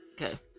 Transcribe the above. Okay